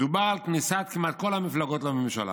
"דובר על כניסת כמעט כל המפלגות לממשלה.